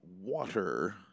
water